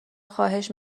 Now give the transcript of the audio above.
خواهش